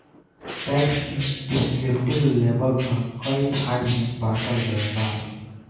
tax के descriptive label पर कई भाग में बॉटल गईल बा